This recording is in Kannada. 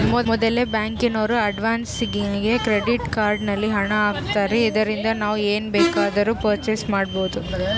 ಮೊದಲೆ ಬ್ಯಾಂಕಿನೋರು ಅಡ್ವಾನ್ಸಾಗಿ ಕ್ರೆಡಿಟ್ ಕಾರ್ಡ್ ನಲ್ಲಿ ಹಣ ಆಗ್ತಾರೆ ಇದರಿಂದ ನಾವು ಏನ್ ಬೇಕಾದರೂ ಪರ್ಚೇಸ್ ಮಾಡ್ಬಬೊದು